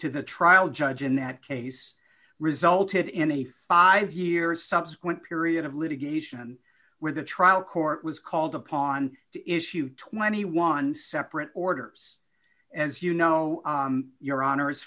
to the trial judge in that case resulted in a five years subsequent period of litigation where the trial court was called upon to issue twenty one separate orders as you know your honor